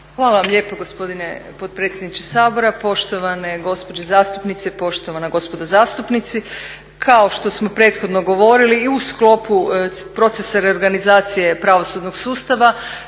Hvala vam lijepo gospodine potpredsjedniče Sabora, poštovane gospođe zastupnici, poštovana gospodo zastupnici. Kao što smo prethodno govorili i u sklopu procesa reorganizacije pravosudnog sustava